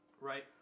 right